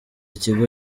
kigo